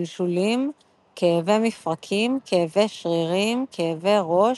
שלשולים, כאבי מפרקים, כאבי שרירים, כאבי ראש,